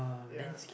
ya